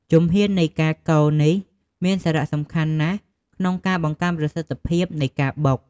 ជំហាននៃការកូរនេះមានសារៈសំខាន់ណាស់ក្នុងការបង្កើនប្រសិទ្ធភាពនៃការបុក។